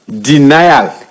denial